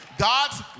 God's